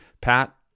Pat